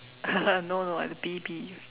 no no as B B